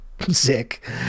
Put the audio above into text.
sick